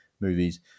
movies